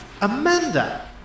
Amanda